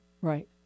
Right